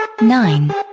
nine